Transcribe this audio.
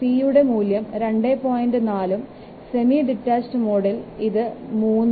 4 ഉം semi detached മോഡിൽ ഇത് 3